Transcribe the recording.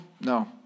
No